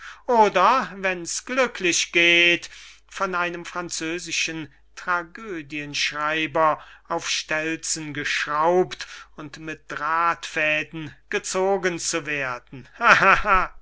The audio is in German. oder wenn's glücklich geht von einem französischen tragödienschreiber auf stelzen geschraubt und mit drahtfäden gezogen zu werden